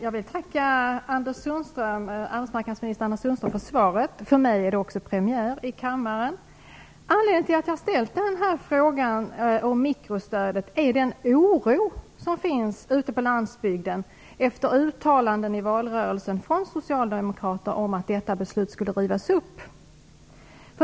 Herr talman! Jag vill tacka arbetsmarknadsminister Anders Sundström för svaret. För mig är det också premiär i kammaren. Anledningen till att jag har ställt denna fråga om det s.k. mikrostödet är den oro som finns ute på landsbygden efter uttalanden i valrörelsen från socialdemokrater om att detta beslut skulle rivas upp.